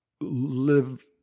live